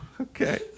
okay